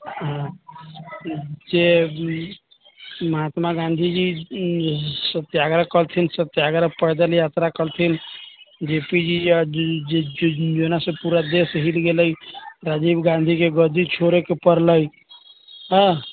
हँ जे महात्मा गाँधी जी सत्याग्रह करलथिन सत्याग्रह पैदल यात्रा करलथिन जे पी जी जे जेने सऽ पूरा देश हिल गेलै राजीव गाँधी के गद्दी छोड़ऽ के पड़लै हँ